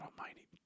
almighty